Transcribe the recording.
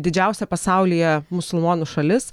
didžiausia pasaulyje musulmonų šalis